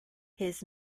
his